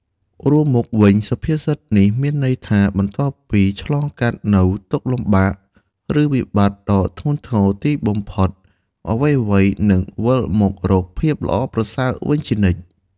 រួមមកវិញ សុភាសិតនេះមានន័យថា បន្ទាប់ពីឆ្លងកាត់នូវទុក្ខលំបាក ឬវិបត្តិដ៏ធ្ងន់ធ្ងរ ទីបំផុតអ្វីៗនឹងវិលមករកភាពល្អប្រសើរវិញជានិច្ច។